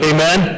Amen